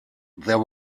there